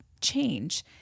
change